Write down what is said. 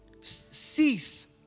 cease